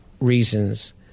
reasons